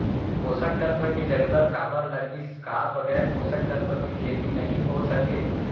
पोसक तत्व के जरूरत काबर लगिस, का बगैर पोसक तत्व के खेती नही हो सके?